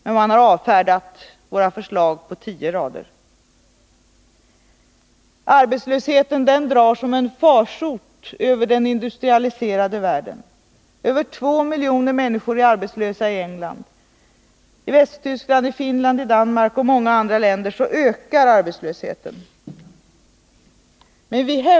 Men de har avfärdat våra förslag på tio rader. Arbetslösheten drar som en farsot över den industrialiserade världen. Över två miljoner människor är arbetslösa i England. I Västtyskland, Finland, Danmark och många andra länder ökar nu arbetslösheten.